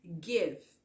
give